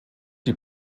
die